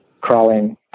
crawling